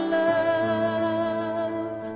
love